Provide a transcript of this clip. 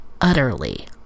utterly